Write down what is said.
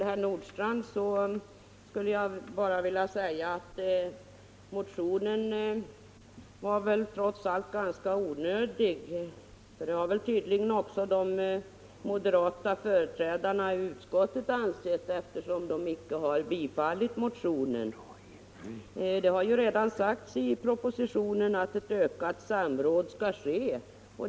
Herr talman! Motionen var väl trots allt ganska onödig, herr Nordstrandh. Det har tydligen också de moderata företrädarna i utskottet ansett, eftersom de inte har följt upp motionen med en reservation. Det har redan sagts i propositionen att ett ökat samråd skall äga rum.